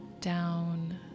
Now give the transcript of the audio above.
down